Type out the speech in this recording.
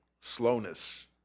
slowness